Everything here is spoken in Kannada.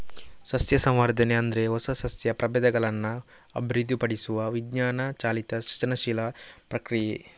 ಸಸ್ಯ ಸಂವರ್ಧನೆ ಅಂದ್ರೆ ಹೊಸ ಸಸ್ಯ ಪ್ರಭೇದಗಳನ್ನ ಅಭಿವೃದ್ಧಿಪಡಿಸುವ ವಿಜ್ಞಾನ ಚಾಲಿತ ಸೃಜನಶೀಲ ಪ್ರಕ್ರಿಯೆ